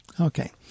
okay